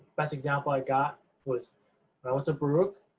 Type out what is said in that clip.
best example i got was but was baruch,